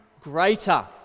greater